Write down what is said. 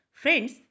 Friends